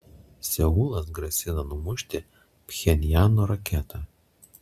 seulas grasina numušti pchenjano raketą